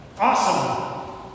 awesome